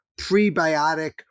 prebiotic